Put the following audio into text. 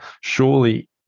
Surely